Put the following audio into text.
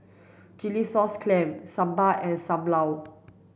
chilli sauce clams sambal and Sam Lau